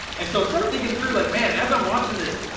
and so start thinking through like man, as i'm watching this,